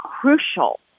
crucial